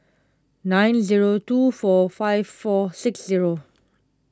nine zero two four five four six zero